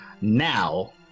now